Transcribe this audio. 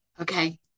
Okay